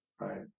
Right